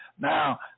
Now